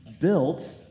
built